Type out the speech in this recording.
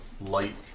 light